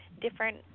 different